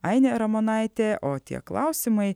ainė ramonaitė o tie klausimai